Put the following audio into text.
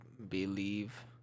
believe